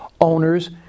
owners